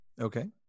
Okay